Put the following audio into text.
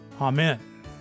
Amen